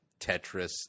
Tetris